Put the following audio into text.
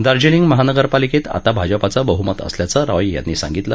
दार्जिलिंग महानगरपालिक्वि आता भाजपाचं बहुमत असल्याचं रॉय यांनी सांगितलं